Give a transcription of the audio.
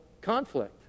conflict